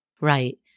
Right